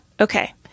Okay